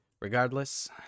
regardless